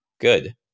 Good